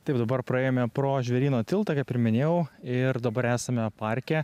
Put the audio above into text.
taip dabar praėjome pro žvėryno tiltą kaip ir minėjau ir dabar esame parke